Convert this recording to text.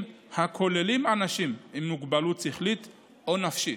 הכוללים אנשים עם מוגבלות שכלית או נפשית.